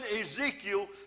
Ezekiel